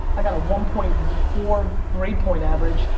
i got a one point four grade point average,